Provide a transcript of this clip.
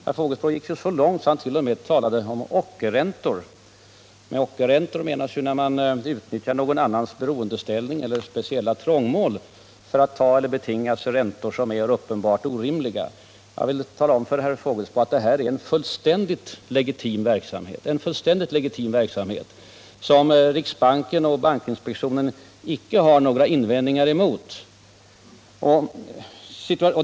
Herr Fågelsbo gick så långt att han t.o.m. talade om ockerräntor. Med ocker menas ju att man utnyttjar någon annans beroendeställning eller speciella trångmål för att betinga sig räntor som är uppenbari orimliga. Jag vill därför tala om för herr Fågelsbo att specialinlåningen är en fullständigt legitim verksamhet, som riksbanken och bankinspektionen icke har några invändningar emot.